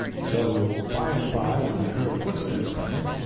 so, by and by when i heard footsteps coming,